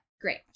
Great